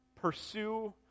Pursue